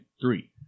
Three